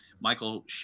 Michael